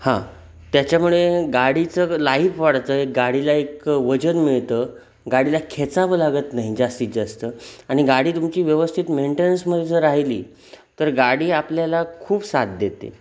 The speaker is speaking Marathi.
हां त्याच्यामुळे गाडीचं लाईफ वाढतं एक गाडीला एक वजन मिळतं गाडीला खेचावं लागत नाही जास्तीत जास्त आणि गाडी तुमची व्यवस्थित मेंटेनन्समध्ये जर राहिली तर गाडी आपल्याला खूप साथ देते